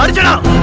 ah doubt,